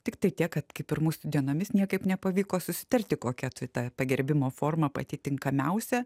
tiktai tiek kad kaip ir mūsų dienomis niekaip nepavyko susitarti kokia tu ta pagerbimo forma pati tinkamiausia